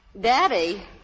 Daddy